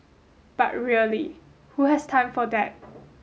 but really who has time for that